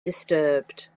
disturbed